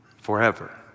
forever